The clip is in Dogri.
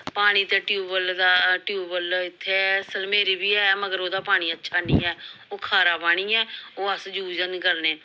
पानी ते टयूबैल्ल दा टयूबैल्ल इत्थै सलमेनी बी है पर ओह्दा पानी अच्छा निं ऐ ओह् खारा पानी ऐ ओह् अस जूज़ ऐनी करने